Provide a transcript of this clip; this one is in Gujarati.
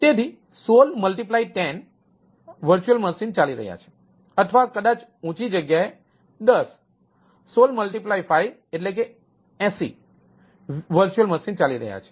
તેથી 16 10 VM ચાલી રહ્યા છે અથવા કદાચ ઊંચી બાજુએ 10 16 5 એટલે કે 80 VM ચાલી રહ્યા છે